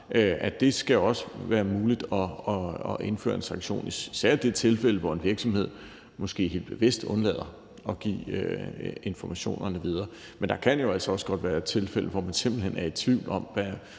at det også skal være muligt at indføre en sanktion, især i det tilfælde, hvor en virksomhed måske helt bevidst undlader at give informationerne videre. Men der kan jo altså også godt være tilfælde, hvor man simpelt hen er i tvivl om, hvordan